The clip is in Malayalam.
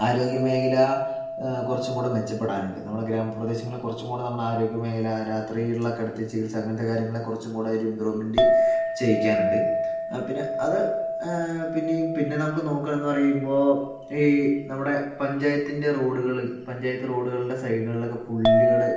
ആരോഗ്യമേഖല കുറച്ചും കൂടെ മെച്ചപ്പെടാനുണ്ട് നമ്മുടെ ഗ്രാമപ്രദേശങ്ങൾ കുറച്ചും കൂടെ നമ്മുടെ ആരോഗ്യമേഖല രാത്രിയുള്ള കിടത്തി ചികിത്സ അങ്ങനത്തെ കാര്യങ്ങൾ കുറച്ചും കൂടെ ഒരു ഇംപ്രൂവ്മെൻ്റെ ചെയ്യിക്കാനുണ്ട് പിന്നെ അത് പിന്നെയും പിന്നെ നമുക്ക് നോക്കുകയാണുന്നു പറയുമ്പോൾ ഈ നമ്മുടെ പഞ്ചായത്തിൻ്റെ റോഡുകൾ പഞ്ചായത്ത് റോഡുകളിലെ സൈഡുകളിലൊക്കെ പുല്ലുകൾ